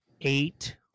eight